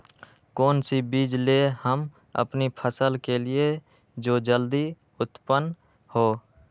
कौन सी बीज ले हम अपनी फसल के लिए जो जल्दी उत्पन हो?